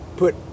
put